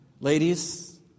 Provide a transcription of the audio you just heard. ladies